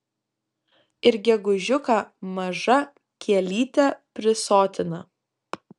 ir gegužiuką maža kielytė prisotina